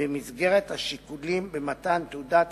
במסגרת השיקולים במתן תעודת